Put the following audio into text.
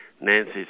Nancy